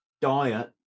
diet